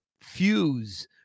fuse